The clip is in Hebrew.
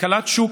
כלכלת שוק,